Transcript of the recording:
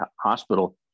hospital